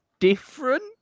different